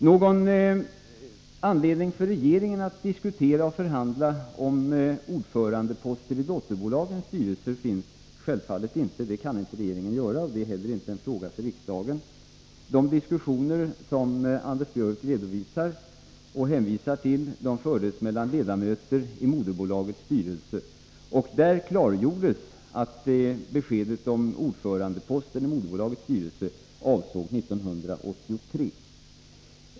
Någon anledning för regeringen att diskutera och förhandla om ordförandeposter i dotterbolagens styrelser finns självfallet inte. Det kan inte regeringen göra, och det är heller inte en fråga för riksdagen. De diskussioner som Anders Björck redovisar och hänvisar till fördes mellan ledamöter i moderbolagets styrelse. Där klargjordes att beskedet om ordförandeposten i moderbolagets styrelse avsåg 1983.